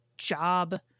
job